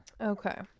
Okay